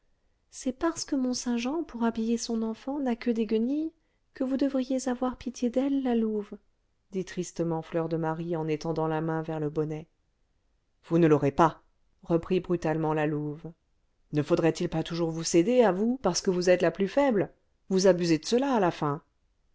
c'est parce que mont-saint-jean pour habiller son enfant n'a que des guenilles que vous devriez avoir pitié d'elle la louve dit tristement fleur de marie en étendant la main vers le bonnet vous ne l'aurez pas reprit brutalement la louve ne faudrait-il pas toujours vous céder à vous parce que vous êtes la plus faible vous abusez de cela à la fin